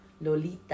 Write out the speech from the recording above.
Lolita